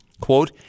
Quote